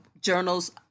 journals